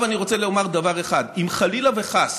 עכשיו אני רוצה לומר דבר אחד: אם חלילה וחס